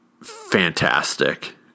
Fantastic